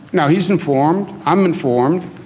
now he's informed. i'm informed.